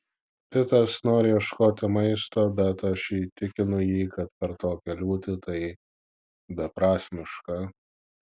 pitas nori ieškoti maisto bet aš įtikinu jį kad per tokią liūtį tai beprasmiška